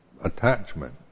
attachment